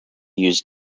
use